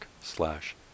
slash